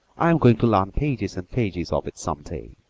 i am going to learn pages and pages of it some day.